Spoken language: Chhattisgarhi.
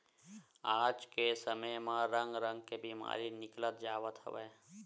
आज के समे म रंग रंग के बेमारी निकलत जावत हवय